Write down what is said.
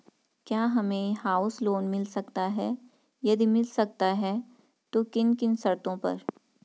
क्या हमें house loan मिल सकता है यदि मिल सकता है तो किन किन शर्तों पर?